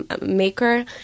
maker